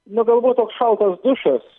nu galbūt toks šaltas dušas